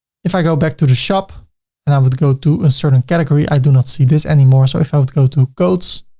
if i go back to the shop and i would go to a certain category, i do not see this anymore. so if i would go to coats,